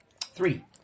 Three